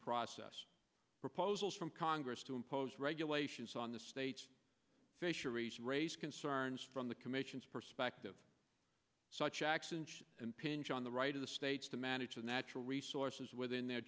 process proposals from congress to impose regulations on the state fisheries raise concerns from the commission's perspective and pinch on the right of the states to manage the natural resources within their